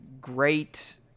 great